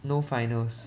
no finals